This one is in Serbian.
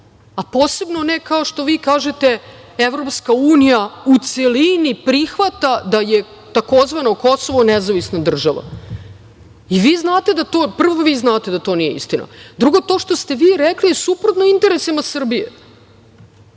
a posebno ne, kao što vi kažete, EU u celini prihvata da je tzv. Kosovo nezavisna država. Prvo, vi znate da to nije istina. Drugo, to što ste vi rekli je suprotno interesima Srbije.